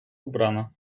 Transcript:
ubrana